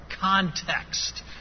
context